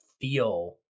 feel